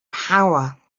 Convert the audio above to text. power